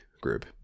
group